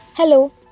Hello